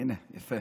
הינה, יפה,